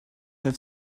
have